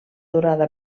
durada